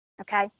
okay